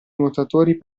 nuotatori